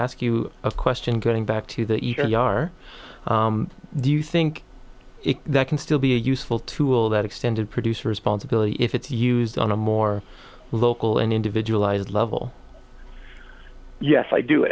ask you a question going back to the yard do you think that can still be a useful tool that extended producer responsibility if it's used on a more local and individualized level yes i do